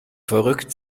verrückt